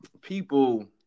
people